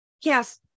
yes